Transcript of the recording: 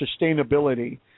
sustainability